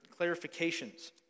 clarifications